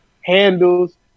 handles